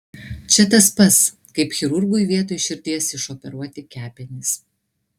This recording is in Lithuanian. čia tas pats kaip chirurgui vietoj širdies išoperuoti kepenis